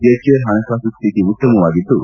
HAL ಹಣಕಾಸು ಸ್ವಿತಿ ಉತ್ತಮವಾಗಿದ್ದು